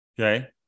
Okay